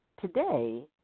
today